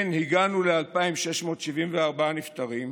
כן, הגענו ל-2,674 נפטרים,